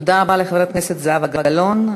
תודה רבה לחברת הכנסת זהבה גלאון.